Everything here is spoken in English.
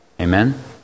Amen